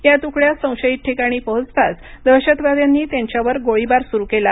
या तुकड्या संशयित ठिकाणी पोहोचताच दहशतवाद्यांनी त्यांच्यावर गोळीबार सुरू केला